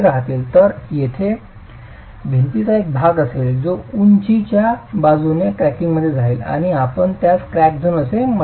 तर तेथे भिंतीचा एक भाग असेल जो उंचीच्या बाजूने क्रॅकिंगमध्ये जाईल आणि आपण त्यास क्रॅक झोन असे म्हटले आहे